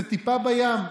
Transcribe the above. זה טיפה בים,